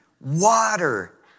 Water